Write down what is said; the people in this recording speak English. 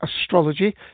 astrology